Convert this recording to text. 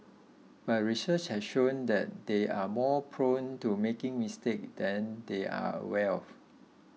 but research has shown that they are more prone to making mistakes than they are aware of